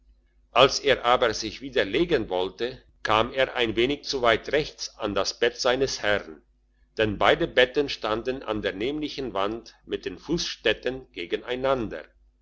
als er aber sich wieder legen wollte kam er ein wenig zu weit rechts an das bett seines herrn denn beide betten standen an der nämlichen wand mit den fussstätten gegeneinander